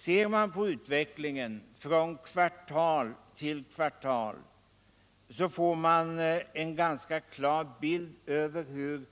Ser man på utvecklingen från kvartal till kvartal får man en ganska klar bild av hur